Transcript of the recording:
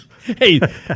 Hey